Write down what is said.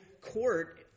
court